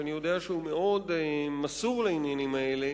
שאני יודע שהוא מאוד מסור לעניינים האלה.